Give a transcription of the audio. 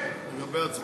(קוראת בשם חבר הכנסת)